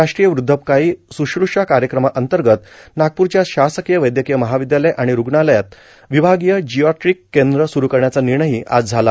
राष्ट्रीय वृद्धापकाळी शुश्रुषा कार्यक्रमाअंतर्गत नागपूरच्या शासकीय वैद्यकीय महाविद्यालय आणि रूग्णालयात विभागीय जिरॅयाट्रिक केंद्र सुरू करण्याचा निर्णयही आज झाला